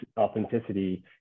authenticity